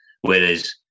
Whereas